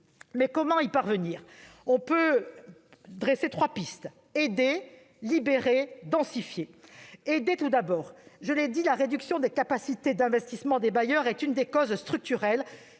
Mais comment y parvenir ? Je voudrais proposer trois pistes : aider, libérer, densifier. Aider tout d'abord. Je l'ai dit, la réduction des capacités d'investissement des bailleurs est l'une des causes structurelles